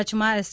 કચ્છમાં એસ